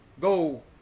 go